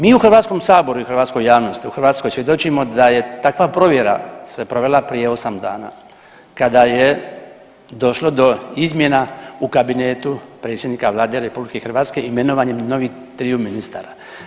Mi u HS-u i hrvatskoj javnosti u Hrvatskoj svjedočimo da je takva provjera se provela prije 8 dana kada je došlo do izmjena u Kabinetu predsjednika Vlade RH imenovanjem novih triju ministara.